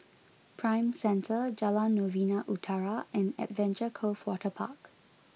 Prime Centre Jalan Novena Utara and Adventure Cove Waterpark